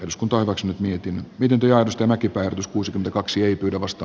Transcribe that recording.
uskonto ovat nyt mietin miten työ josta mäki perdus kuusikymmentäkaksi ei pidä vasta